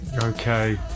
Okay